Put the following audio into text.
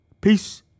Peace